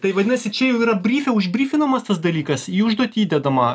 tai vadinasi čia jau yra bryfe užbryfinamas tas dalykas į užduotį įdedama